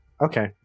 okay